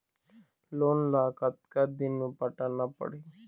Loan ला कतका दिन मे पटाना पड़ही?